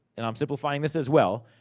and i'm simplifying this as well.